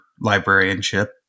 librarianship